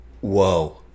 Whoa